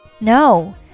No